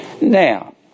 Now